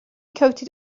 coated